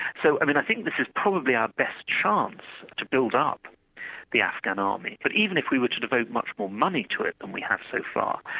so i mean, i think this is probably our best chance to build up the afghan army, but even if we were to devote much more money to it than we have so far,